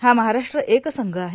हा महाराष्ट्र एक संघ आहे